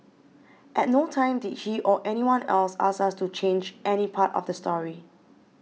at no time did he or anyone else ask us to change any part of the story